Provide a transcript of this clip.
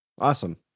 Awesome